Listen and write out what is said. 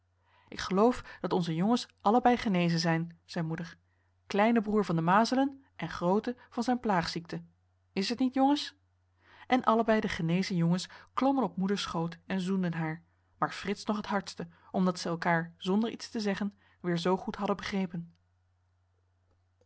ik geloof dat onze jongens allebei genezen zijn zei moeder kleine broer van de mazelen en groote van zijn plaagziekte is t niet jongens en allebei de genezen jongens klommen op moeders schoot en zoenden haar maar frits nog t hardste omdat zij elkaar zonder iets te zeggen weer zoo goed hadden begrepen